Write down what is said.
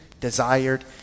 desired